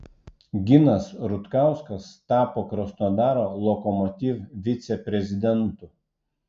ginas rutkauskas tapo krasnodaro lokomotiv viceprezidentu